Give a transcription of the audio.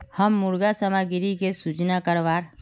हम मुर्गा सामग्री की सूचना करवार?